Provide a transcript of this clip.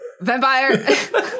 Vampire